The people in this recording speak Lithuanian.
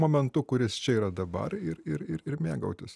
momentu kuris čia yra dabar ir ir ir ir mėgautis